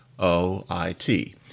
O-I-T